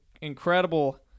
incredible